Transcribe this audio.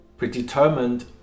Predetermined